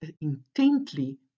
intently